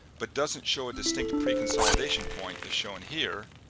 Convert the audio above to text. but doesn't show a distinct preconsolidation point, as shown here,